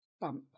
Bump